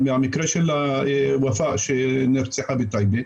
מהמקרה של ופא שנרצחה בטייבה.